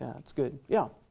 that's good, yeah.